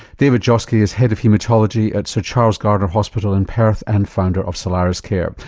david joske is head of haematology at sir charles gairdner hospital in perth and founder of solariscare.